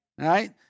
right